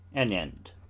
an end.